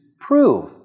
prove